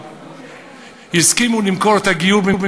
התנועה הסכימו למכור את הגיור בעם ישראל,